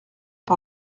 par